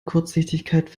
kurzsichtigkeit